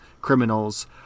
criminals